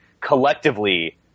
collectively